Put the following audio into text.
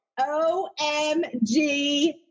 OMG